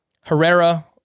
Herrera